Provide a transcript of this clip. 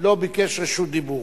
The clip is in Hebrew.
לא ביקש רשות דיבור